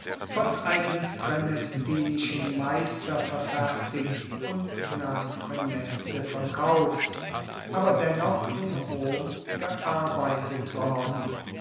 von einem praenestinischen meister verfertigt und nach praeneste verkauft aber dennoch in rom gearbeitet worden